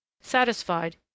Satisfied